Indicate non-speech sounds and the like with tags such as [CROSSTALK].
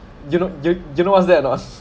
you know you you know what's that or not [LAUGHS]